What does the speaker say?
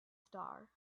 star